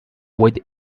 with